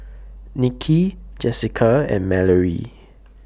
Niki Jessica and Mallorie